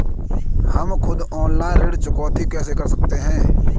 हम खुद ऑनलाइन ऋण चुकौती कैसे कर सकते हैं?